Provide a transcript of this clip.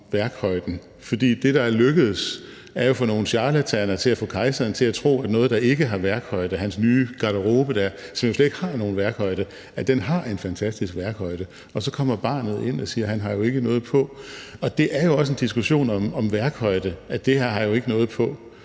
værkhøjde. For det, der er lykkedes, er jo for nogle charlataner at få kejseren til at tro, at noget, der ikke har værkhøjde – hans nye garderobe, som slet ikke har nogen værkhøjde – har en fantastisk værkhøjde. Og så kommer barnet ind og siger: Han har jo ikke noget på. Og det er jo også en diskussion om værkhøjde at sige: Det her har jo ikke noget på.